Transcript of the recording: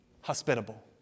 hospitable